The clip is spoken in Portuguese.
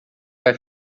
vai